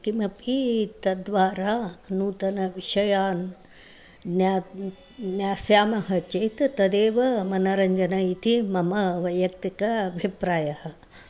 किमपि तत्द्वारा नूतनविषयान् ज्ञातुं ज्ञास्यामः चेत् तदेव मनोरञ्जनम् इति मम वैयक्तिकः अभिप्रायः